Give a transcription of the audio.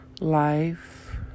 Life